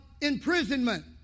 imprisonment